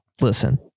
Listen